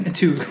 two